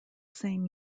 same